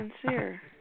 sincere